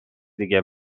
دیگه